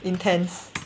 intense